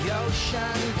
ocean